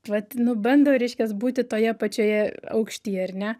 vat nu bando reiškias būti toje pačioje aukštyje ar ne